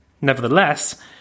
Nevertheless